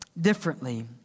differently